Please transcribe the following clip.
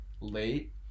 late